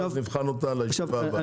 ואז נבחן אותה לישיבה הבאה.